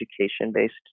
education-based